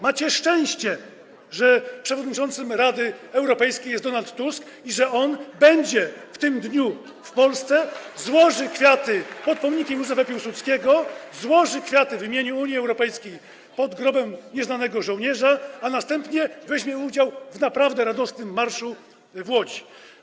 Macie szczęście, że przewodniczącym Rady Europejskiej jest Donald Tusk i że on będzie w tym dniu w Polsce, złoży kwiaty pod pomnikiem Józefa Piłsudskiego, złoży kwiaty w imieniu Unii Europejskiej przed Grobem Nieznanego Żołnierza, a następnie weźmie udział w naprawdę radosnym marszu w Łodzi.